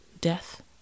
death